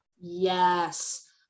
Yes